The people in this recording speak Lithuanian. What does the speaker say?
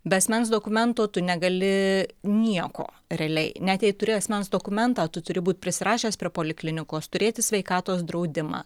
be asmens dokumento tu negali nieko realiai net jei turi asmens dokumentą tu turi būt prisirašęs prie poliklinikos turėti sveikatos draudimą